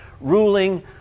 ruling